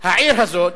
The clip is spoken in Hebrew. העיר הזאת,